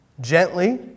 gently